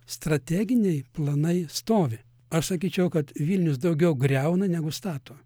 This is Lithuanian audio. strateginiai planai stovi aš sakyčiau kad vilnius daugiau griauna negu stato